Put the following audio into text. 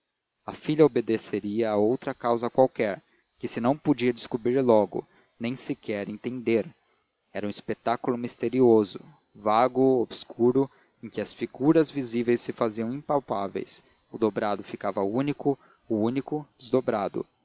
a filha obedeceria a outra causa qualquer que se não podia descobrir logo nem sequer entender era um espetáculo misterioso vago obscuro em que as figuras visíveis se faziam impalpáveis o dobrado ficava único o único desdobrado